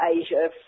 Asia